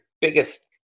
biggest